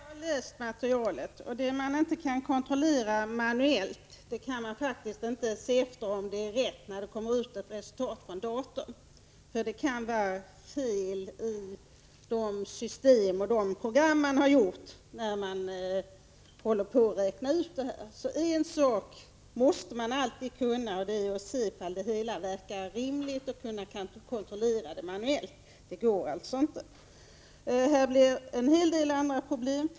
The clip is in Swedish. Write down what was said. Herr talman! Jag har läst materialet. Kan man inte göra en uträkning manuellt, då kan man inte heller kontrollera om det är rätt när det kommer ut ett resultat från en dator. Det kan vara fel i de system och de program efter vilka uträkningen görs. En sak måste man alltid kunna, och det är att kontrollera uträkningen manuellt för att se om den verkar rimlig. Det går alltså inte. Det finns en hel-del andra problem.